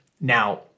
Now